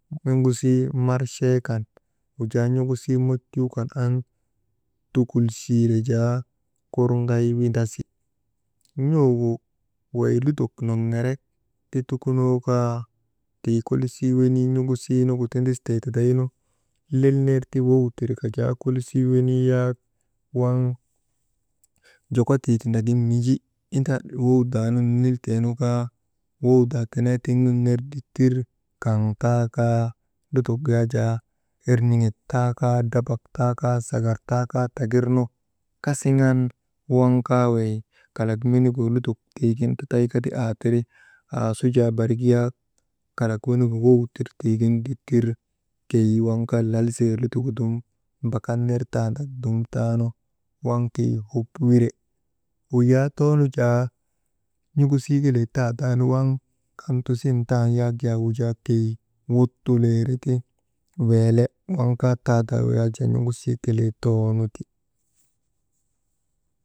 N̰uŋusii marchee kan wu jaa n̰uŋusii mocuu kan an tukulchiire jaa kurŋay windasi. N̰ugu wey lutok nonnorek ti tukunoo kaa tii kolisii wenii n̰uŋusii nu tindistee tidaynu lel ner ta wow tirka jaa kolisii wenii yak waŋ joko tii tondagin miji inda wow daa nu ninilteenu kaa wow daa tenee tiŋ nun ner ditir, kaŋ taakaa lutok yajaa erniŋek taakaa, drabak taakaa, sagar taakaa tagirnu kasiŋan kaa wey kalak menigu lutok tiigin tatay kata aatiri asu jaa barik yaak kalak wenigu wow tir tiigin ditir keyi waŋ kaa lal sire lutogu dum mbaka nirtaandak dum taanu waŋ keyi hob wire, wujaa toonu jaa n̰uŋusii kelee tadaanu waŋ kantusin tan yak jaa wujaa keyi wuttuleereti weele, waŋ kaa tadaa yak jaa n̰ugusii kelee too nu ti.